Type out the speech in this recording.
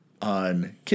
On